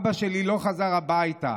אבא שלי לא חזר הביתה,